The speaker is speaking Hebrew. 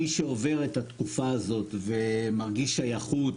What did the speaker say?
מי שעובר את התקופה הזאת ומרגיש שייכות,